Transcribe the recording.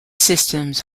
systems